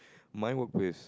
my workplace